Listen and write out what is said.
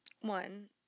One